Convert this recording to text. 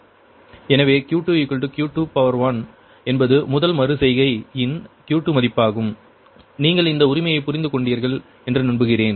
எனவே Q2 Q21 என்பது முதல் மறு செய்கை இன் Q2 மதிப்பாகும் நீங்கள் இந்த உரிமையை புரிந்து கொண்டீர்கள் என்று நம்புகிறேன்